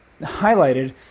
highlighted